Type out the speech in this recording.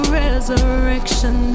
resurrection